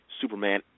Superman